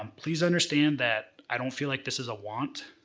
um please understand that i don't feel like this is a want.